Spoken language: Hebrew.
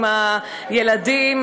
עם הילדים,